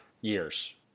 years